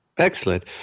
Excellent